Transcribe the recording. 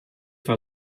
war